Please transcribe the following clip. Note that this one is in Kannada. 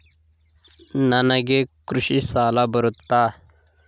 ನನಗೆ ಕೃಷಿ ಸಾಲ ಬರುತ್ತಾ?